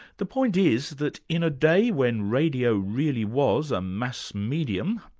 the point is that in a day when radio really was a mass medium,